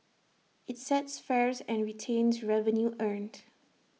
IT sets fares and retains revenue earned